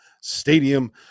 Stadium